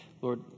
Lord